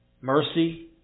Mercy